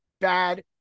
bad